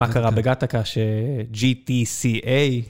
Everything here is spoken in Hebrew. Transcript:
מה קרה בגטה כאשר G-T-C-A?